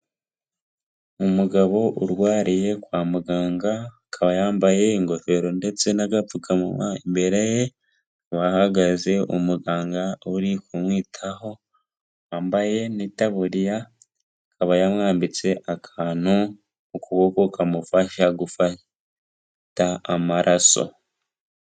Umugabo urwariye kwa muganga akaba yambaye ingofero ndetse n'agapfukamunwa, imbere ye hahagaze umuganga uri kumwitaho wambaye n'itaburiya ikaba yamwambitse akantu ku kuboko kamufasha gufata amaraso.